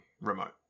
remote